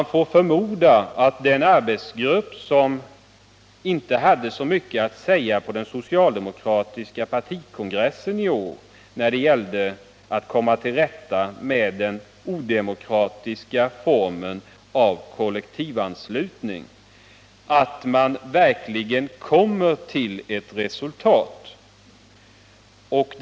Man får förmoda att den arbetsgrupp som inte hade så mycket att säga på den socialdemokratiska partikongressen i år, när det gällde att komma till rätta med den odemokratiska formen för partianslutning som kollektivanslutningen utgör, verkligen kommer till ett resultat som innebär att denna anslutningsform avskaffas.